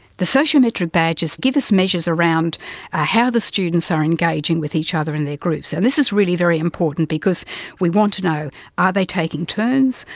the sociometric badges give us measures around ah how the students are engaging with each other in their groups, and this is really very important because we want to know are they taking turns,